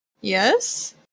Yes